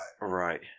right